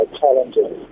challenges